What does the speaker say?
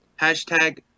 hashtag